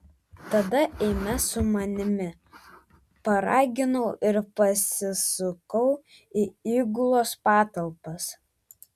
tada eime su manimi paraginau ir pasisukau į įgulos patalpas